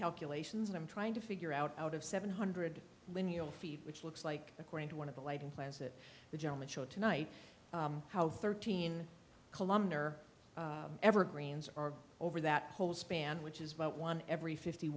calculations i'm trying to figure out out of seven hundred linear feet which looks like according to one of the lighting plans that the gentleman showed tonight how thirteen kilometer evergreens are over that whole span which is about one every fifty